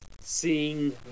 seeing